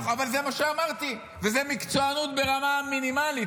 אבל זה מה שאמרתי, וזה מקצוענות ברמה המינימלית.